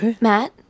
Matt